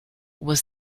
was